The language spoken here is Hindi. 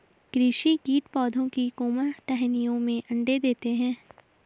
कृषि कीट पौधों की कोमल टहनियों में अंडे देते है